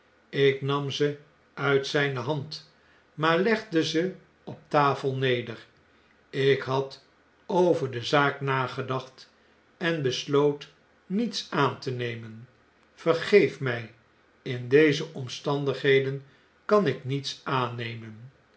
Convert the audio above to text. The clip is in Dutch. ik nam ze uit zijne hand maar legde ze op tafel neder ik had over de zaak nagedacht en besloot niets aan tenemen p vergeef mjj in deze omstandigheden kan ik niets aannemen